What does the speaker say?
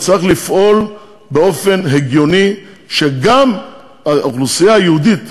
צריך לפעול באופן הגיוני שגם האוכלוסייה היהודית,